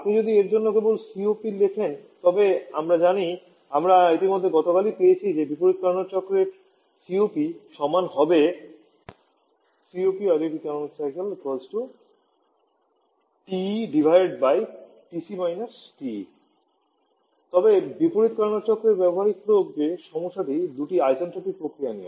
আপনি যদি এর জন্য কেবল সিওপি লিখেন তবে আমরা জানি আমরা ইতিমধ্যে গতকালই পেয়েছি যে বিপরীত কার্নোট চক্রের সিওপি সমান হবে তবে বিপরীত কার্নোট চক্রের ব্যবহারিক প্রয়োগে সমস্যাটি দুটি আইসেন্ট্রোপিক প্রক্রিয়া নিয়ে